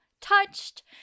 touched